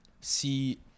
see